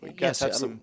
Yes